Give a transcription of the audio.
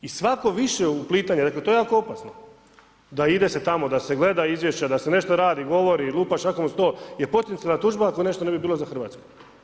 I svako više uplitanje, dakle, to je jako opasno da ide se tamo, da se gleda izvješća, da se nešto radi, govori, lupa šakom o stol je potencijalna tužba ako nešto ne bi bilo za Hrvatsku.